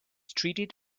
treated